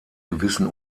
gewissen